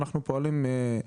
פועלים על פי חוק.